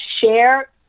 Share